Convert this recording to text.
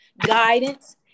guidance